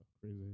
crazy